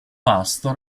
pasto